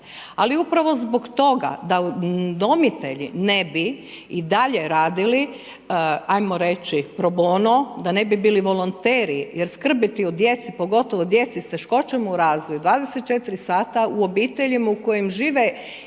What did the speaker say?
Ali upravo zbog toga da udomitelji ne bi i dalje radili probono da ne bi bili volonteri jer skrbiti o djeci pogotovo djeci s teškoćama u razvoju 24 u obiteljima u kojima žive